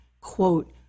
quote